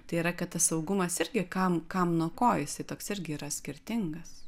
tai yra kad saugumas irgi kam kam nuo ko jisai toks irgi yra skirtingas